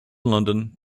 london